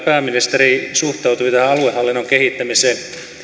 pääministeri suhtautui tähän aluehallinnon kehittämiseen